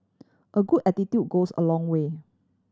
a good attitude goes a long way